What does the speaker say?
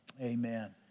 Amen